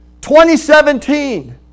2017